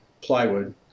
plywood